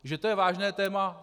Že to je vážné téma?